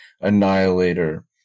Annihilator